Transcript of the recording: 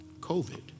COVID